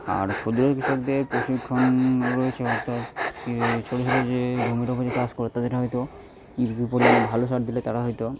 আর ক্ষুদ্র কৃষকদের প্রশিক্ষণ রয়েছে অর্থাৎ কী ছোটো ছোটো যে জমি টমিতে চাষ করত সেটা হয়তো পরিমাণে ভালো সার দিলে তারা হয়তো